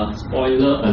spoiler